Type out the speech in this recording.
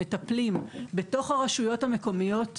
מטפלים בתוך הרשויות המקומיות,